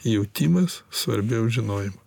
jautimas svarbiau žinojimo